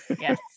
Yes